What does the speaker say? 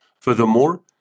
Furthermore